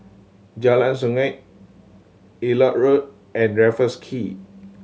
Jalan Sungei Elliot Road and Raffles Quay